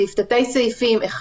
פסקאות (1),